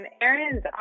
Aaron's